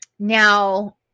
Now